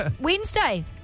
Wednesday